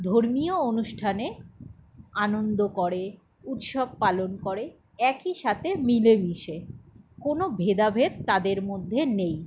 ধর্মীয় অনুষ্ঠানে আনন্দ করে উৎসব পালন করে একই সাথে মিলে মিশে কোনো ভেদা ভেদ তাদের মধ্যে নেই